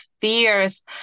fears